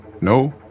No